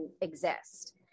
exist